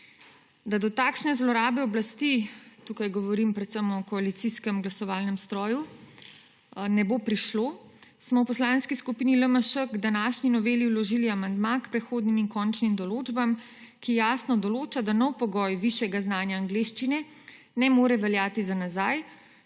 Da do takšne zlorabe oblasti, tukaj govorim predvsem o koalicijskem glasovalnem stroju, ne bo prišlo, smo v Poslanski skupini LMŠ k današnji noveli vložili amandma k prehodnim in končnim določbam, ki jasno določa, da novi pogoj višjega znanja angleščine ne more veljati za nazaj,